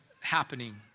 happening